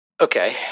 Okay